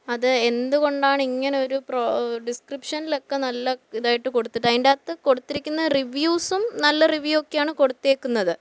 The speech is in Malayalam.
അത് എന്ത് കൊണ്ടാണ് ഇങ്ങനൊരു പ്രോ ഡിസ്ക്രിപ്ഷൻലെക്കെ നല്ല ഇതായിട്ട് കൊടുത്തിട്ട് അതിന്റകത്ത് കൊടുത്തിരിക്കുന്ന റിവ്യൂസും നല്ല റിവ്യൂ ഒക്കെയാണ് കൊടുത്തേക്കുന്നത്